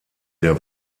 der